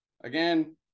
again